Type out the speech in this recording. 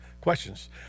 questions